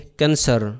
cancer